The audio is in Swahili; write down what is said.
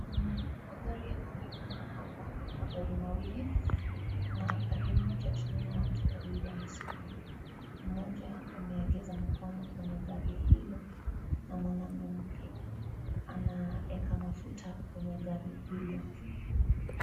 Kuna magari yanaonekana hapa, magari mawili na gari moja tunaona watu wawili wakusimama. Mmoja ameegeza mkono kwenye gari hili na mwanaume mwingine anaeka mafuta kwenye gari hilo.